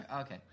Okay